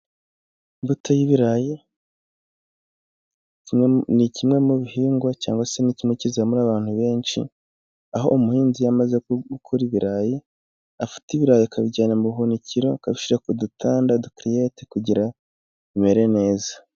Imbuto y'ibirayi ni kimwe mu bihingwa cyangwa se ni kimwe kizamura abantu benshi, aho umuhinzi iyo amaze gukura ibirayi, afata ibirayi akabijyana mu buhunikiro akabishyira kudutanda duteye kugira bimere neza.